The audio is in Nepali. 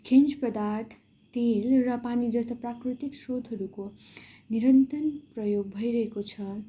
खनिज पदार्थ तेल र पानी जस्तो प्राकृतिक स्रोतहरूको निरन्तन प्रयोग भइरहेको छ